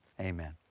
amen